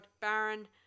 Baron